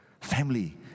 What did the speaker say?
Family